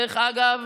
דרך אגב,